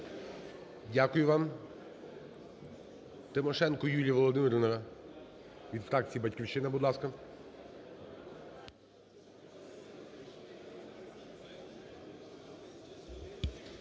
Дякую вам. Тимошенко Юлія Володимирівна від фракції "Батьківщина", будь ласка.